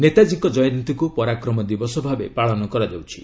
ନେତାଜୀଙ୍କ ଜୟନ୍ତୀକୁ 'ପରାକ୍ରମ ଦିବସ' ଭାବେ ପାଳନ କରାଯାଉଛି